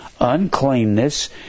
Uncleanness